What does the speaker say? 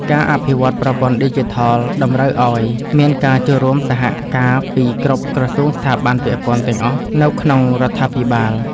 ការអភិវឌ្ឍប្រព័ន្ធឌីជីថលតម្រូវឱ្យមានការចូលរួមសហការពីគ្រប់ក្រសួងស្ថាប័នពាក់ព័ន្ធទាំងអស់នៅក្នុងរដ្ឋាភិបាល។